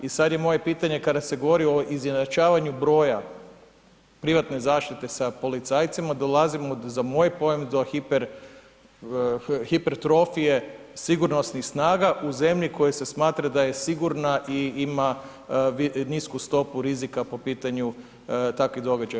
I sada je moje pitanje kada se govori o izjednačavanju broja privatne zaštite sa policajcima dolazimo do za moj pojam do hipertrofije sigurnosnih snaga u zemlji koja se smatra da je sigurna i ima nisku stopu rizika po pitanju takvih događaja.